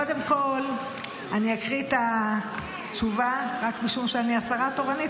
קודם כול אני אקריא את התשובה רק משום שאני השרה התורנית.